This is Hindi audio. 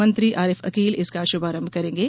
मंत्री आरिफ अकील इसका शुभारंभ करेंगे